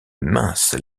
mince